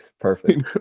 Perfect